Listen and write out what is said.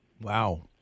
Wow